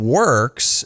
works